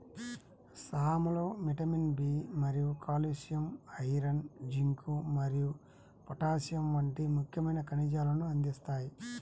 సామలు vitamin B మరియు calcium, iron, zinc మరియు పొటాషియం వంటి ముఖ్యమైన ఖనిజాలను అందిస్తాయి